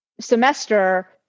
semester